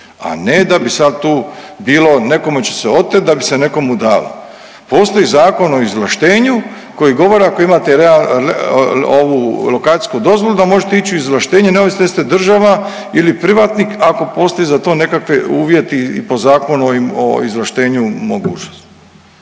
a ne da bi sada tu bilo nekome će se oteti da bi se nekomu dalo. Postoji Zakon o izvlaštenju koji govori ako imate lokacijsku dozvolu da možete ići u izvlaštenje neovisno jeste li država, ili privatnik ako postoji za to nekakvi uvjeti i po Zakonu o izvlaštenju mogućnosti.